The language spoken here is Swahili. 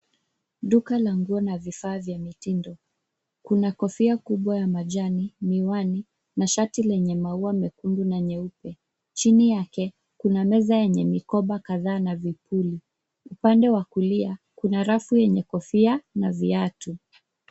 Duka la nguo na vifaa vya mitindo, kuna kofia kubwa ya majani, miwani na shati lenye maua mekundu na nyeupe chini yake kuna meza yenye mikoba kadhaa na vipuli upande wa kulia kuna rafu yenye kofia na viatu.